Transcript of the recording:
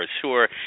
sure